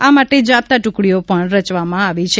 આ માટે જાપ્તા ટુકડીઓ પણ રચવામાં આવી છે